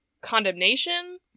condemnation